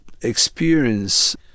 experience